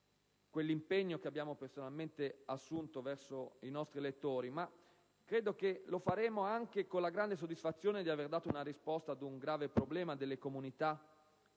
quell'impegno che abbiamo personalmente assunto con i nostri elettori; ma credo lo faremo anche con la grande soddisfazione di aver dato una risposta ad un problema grave delle comunità che